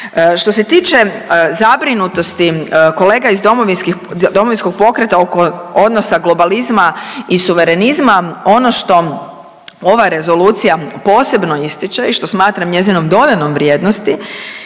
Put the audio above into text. Što se tiče zabrinutosti kolega iz DP-a oko odnosa globalizma i suverenizma, ono što ova rezolucija posebno ističe i što smatram njezinom dodanom vrijednosti